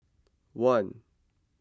one